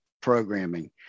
programming